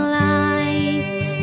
light